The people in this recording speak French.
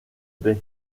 bay